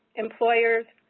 employers,